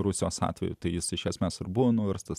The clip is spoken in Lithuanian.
rusijos atveju tai jis iš esmės ir buvo nuverstas